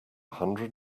hundred